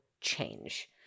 change